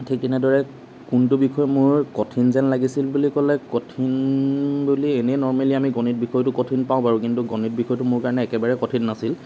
ঠিক এনেদৰে কোনটো বিষয় মোৰ কঠিন যেন লাগিছিল বুলি ক'লে কঠিন বুলি এনেই নৰ্মেলি আমি গণিত বিষয়টো আমি কঠিন পাওঁ বাৰু কিন্তু গণিত বিষয়টো মোৰ কাৰণে একেবাৰেই কঠিন নাছিল